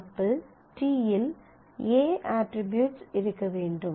எனவே double t இல் A attributes இருக்க வேண்டும்